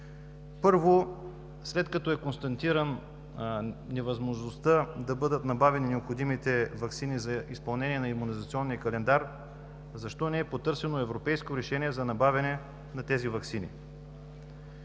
Първо, след като е констатирана невъзможността да бъдат набавени необходимите ваксини за изпълнение на имунизационния календар, защо не е потърсено европейско решение за набавяне на тези ваксини?